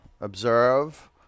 Observe